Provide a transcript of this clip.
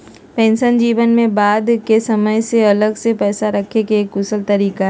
pension जीवन में बाद के समय ले अलग से पैसा रखे के एक कुशल तरीका हय